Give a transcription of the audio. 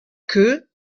queue